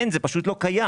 אין, זה פשוט לא קיים.